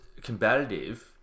combative